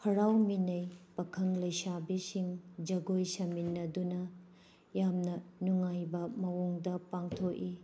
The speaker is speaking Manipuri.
ꯍꯔꯥꯎꯃꯤꯟꯅꯩ ꯄꯥꯈꯪ ꯂꯩꯁꯥꯕꯤꯁꯤꯡ ꯖꯥꯒꯣꯏ ꯁꯥꯃꯤꯟꯅꯗꯨꯅ ꯌꯥꯝꯅ ꯅꯨꯡꯉꯥꯏꯕ ꯃꯑꯣꯡꯗ ꯄꯥꯡꯊꯣꯛꯏ